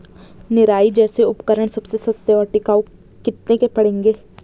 निराई जैसे उपकरण सबसे सस्ते और टिकाऊ कितने के पड़ेंगे?